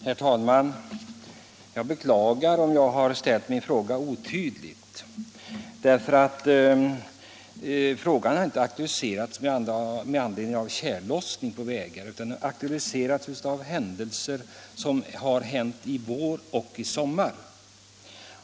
Herr talman! Jag beklagar om jag har formulerat min fråga otydligt. Jag har nämligen inte aktualiserat saken med anledning av tjällossningen på vägarna utan med anledning av händelser som inträffat i vår och i sommar.